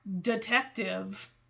detective